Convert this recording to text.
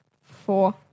four